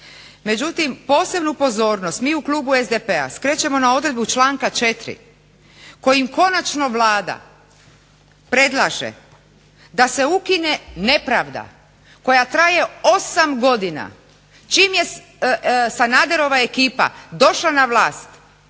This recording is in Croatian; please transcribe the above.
Međutim, posebnu pozornost mi u klubu SDP-a skrećemo na odredbu članka 4. kojim konačno Vlada predlaže da se ukine nepravda koja traje osam godina. Čim je Sanaderova ekipa došla na vlast